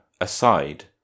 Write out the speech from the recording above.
aside